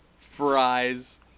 fries